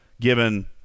given